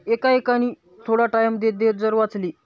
एका एकानी थोडा टाईम देत देत जर वाचली